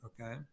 okay